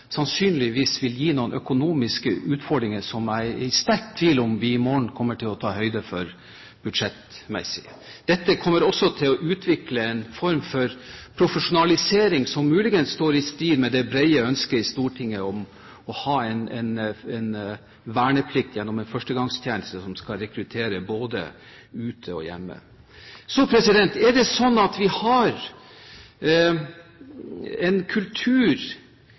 sannsynligvis vil gi noen økonomiske utfordringer som jeg er sterkt i tvil om vi i morgen kommer til å ta høyde for budsjettmessig. Dette kommer også til å utvikle en form for profesjonalisering som muligens står i stil med det brede ønsket i Stortinget om å ha en verneplikt gjennom en førstegangstjeneste som skal rekruttere både ute og hjemme. Er det sånn at vi har en kultur